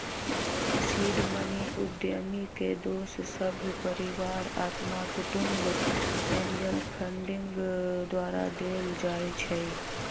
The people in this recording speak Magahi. सीड मनी उद्यमी के दोस सभ, परिवार, अत्मा कुटूम्ब, एंजल फंडिंग द्वारा देल जाइ छइ